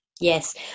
Yes